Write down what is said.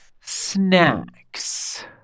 snacks